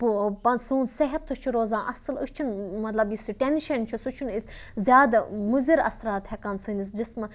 سون صحت تہِ چھِ روزان اَصٕل أسۍ چھِنہٕ مطلب یُس یہِ ٹٮ۪نٛشَن چھُ سُہ چھُنہٕ أسۍ زیادٕ مُضِر اثرات ہٮ۪کان سٲنِس جِسمہٕ